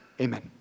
Amen